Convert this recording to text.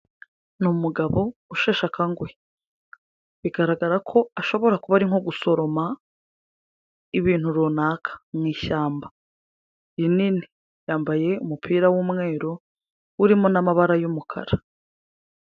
Ni umugabo usheshe akanguhe, bigaragara ko ashobora kuba ari nko gusoroma ibintu runaka mu ishyamba rinini, yambaye umupira w'umweru, urimo n'amabara y'umukara.